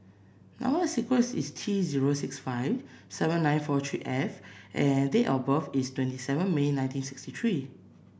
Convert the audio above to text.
number sequence is T zero six five seven nine four three F and date of birth is twenty seven May nineteen sixty three